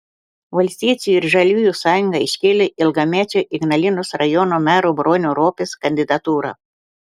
valstiečių ir žaliųjų sąjunga iškėlė ilgamečio ignalinos rajono mero bronio ropės kandidatūrą